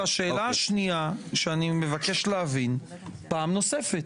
השאלה השנייה שאני מבקש להבין פעם נוספת: